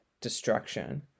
destruction